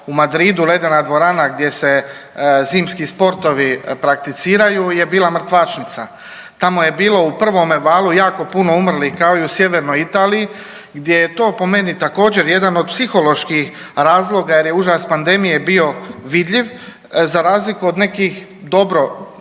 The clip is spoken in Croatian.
u Madridu, ledena dvorana gdje se zimski sportovi prakticiraju je bila mrtvačnica. Tamo je bilo u prvome valu jako puno umrlih, kao i u sjevernoj Italiji gdje je to po meni također, jedan od psiholoških razloga jer je užas pandemije bio vidljiv, za razliku od nekih dobro